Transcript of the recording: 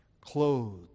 clothed